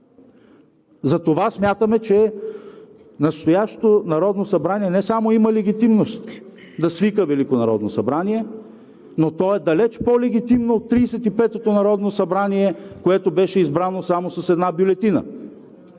Затова смятаме, че настоящото Народно събрание не само има легитимност да свика Велико народно събрание, но то е далеч по легитимно от 35-тото народно събрание, което беше избрано само с една бюлетина